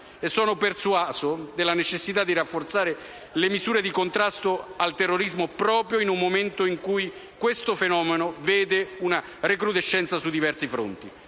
sono persuaso della necessità di rafforzare le misure di contrasto al terrorismo, proprio in un momento in cui questo fenomeno vede una recrudescenza su diversi fronti.